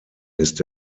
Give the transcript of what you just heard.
ist